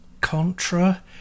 Contra